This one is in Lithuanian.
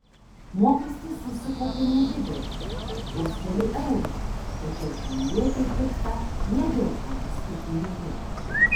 mokestis susikaupė nedidelis vos keli eurai tačiau šiaulietei pikta ne dėl prarastų pinigų